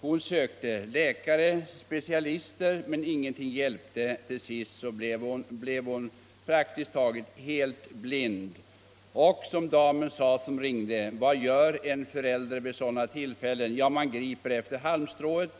hon sökte läkare — specialister — men ingenting hjälpte. Till sist blev hon praktiskt taget blind. Och damen som ringde sade: Vad gör en förälder vid sådana tillfällen? Jo, man griper efter halmstrået.